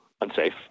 unsafe